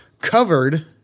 covered